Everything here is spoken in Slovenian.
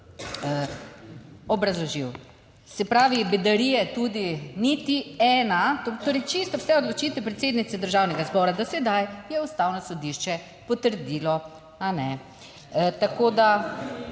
obrazložil. Se pravi, bedarije tudi, niti ena, torej, čisto vse odločitve predsednice Državnega zbora do sedaj je Ustavno sodišče potrdilo, a ne. Tako da,